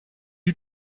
you